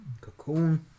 cocoon